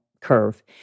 curve